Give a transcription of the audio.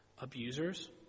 abusers